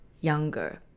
younger